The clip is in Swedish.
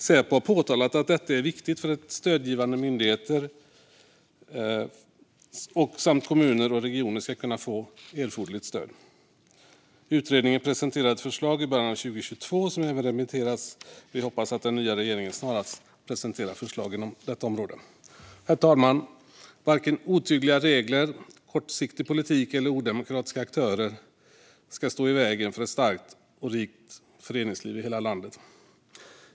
Säpo har framhållit att detta är viktigt för att stödgivande myndigheter samt kommuner och regioner ska kunna få erforderligt stöd. Utredningen presenterade ett förslag i början av 2022 som även remitterats. Vi hoppas att den nya regeringen snarast presenterar förslag inom detta område. Herr talman! Varken otydliga regler, kortsiktig politik eller odemokratiska aktörer ska stå i vägen för ett starkt och rikt föreningsliv i hela landet.